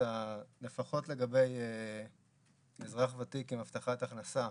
לפחות לגבי אזרח ותיק עם הבטחת הכנסה,